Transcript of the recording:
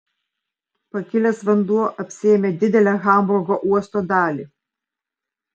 pakilęs vanduo apsėmė didelę hamburgo uosto dalį